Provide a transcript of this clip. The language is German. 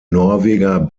norweger